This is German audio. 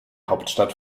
hauptstadt